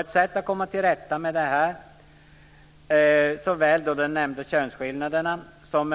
Ett sätt att komma till rätta med såväl de nämnda könsskillnaderna som